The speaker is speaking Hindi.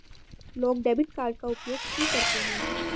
लोग डेबिट कार्ड का उपयोग क्यों करते हैं?